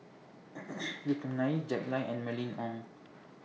Vikram Nair Jack Lai and Mylene Ong